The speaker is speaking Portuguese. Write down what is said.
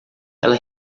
ela